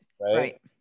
right